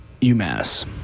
UMass